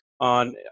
on –